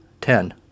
ten